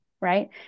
right